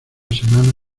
semana